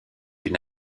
une